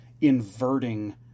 inverting